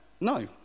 No